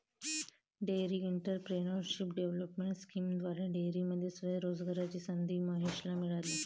dairy entrepreneurship development स्कीमद्वारे डेअरीमध्ये स्वयं रोजगाराची संधी महेशला मिळाली